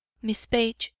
miss page,